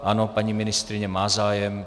Ano, paní ministryně má zájem.